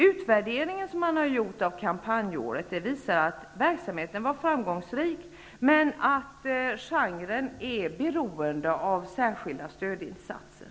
Utvärderingen av kampanjåret visar att verksamheten var framgångsrik men att genren är beroende av särskilda stödinsatser.